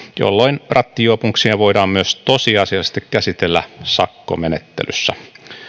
jolloin rattijuopumuksia voidaan myös tosiasiallisesti käsitellä sakkomenettelyssä